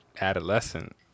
adolescent